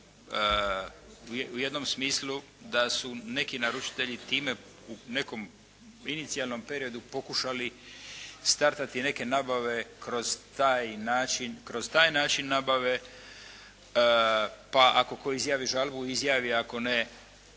u jednom smislu da su neki naručitelji time u nekom inicijalnom periodu pokušali startati neke nabave kroz taj način, kroz taj način nabave. Pa ako tko izjavi žalbu izjavi, ako ne,